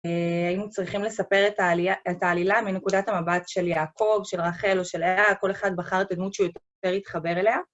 היינו צריכים לספר את העלילה מנקודת המבט של יעקב, של רחל או של לאה, כל אחד בחר את הדמות שהוא יותר התחבר אליה